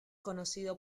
conocido